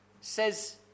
says